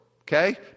okay